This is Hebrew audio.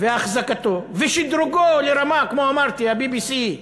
ואחזקתו ושדרוגו לרמה, כמו שאמרתי, של ה-BBC.